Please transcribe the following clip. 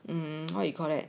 mm what you call that